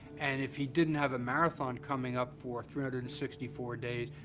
and if he didn't have a marathon coming up for three hundred and sixty four days,